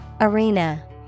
Arena